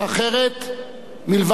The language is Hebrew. מלבד הדרך של שותפות,